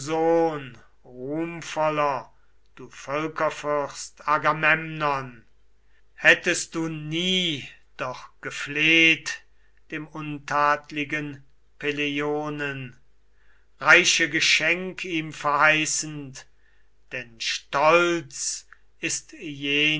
du völkerfürst agamemnon hättest du nie doch gefleht dem untadligen peleionen reiche geschenk ihm verheißend denn stolz ist